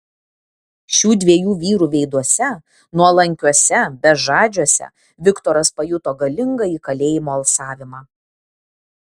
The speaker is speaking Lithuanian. šių dviejų vyrų veiduose nuolankiuose bežadžiuose viktoras pajuto galingąjį kalėjimo alsavimą